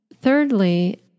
Thirdly